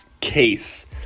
case